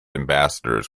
ambassadors